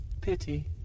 Pity